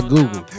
Google